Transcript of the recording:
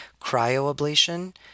cryoablation